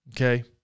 Okay